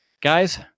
Guys